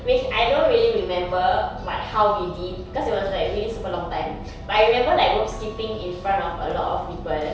which I don't really remember what how we did cause it was like really super long time but I remember like rope skipping in front of a lot of people